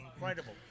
incredible